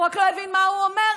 הוא רק לא הבין מה הוא אומר.